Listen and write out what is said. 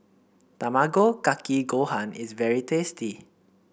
Tamago Kake Gohan is very tasty